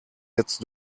jetzt